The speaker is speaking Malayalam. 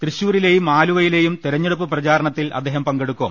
തൃശൂരിലെയും ആലുവിയിലെയും തെരഞ്ഞെടുപ്പ് പ്രചാ രണത്തിൽ അദ്ദേഹം പങ്കെടുക്കും